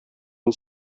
мин